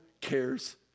cares